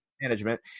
management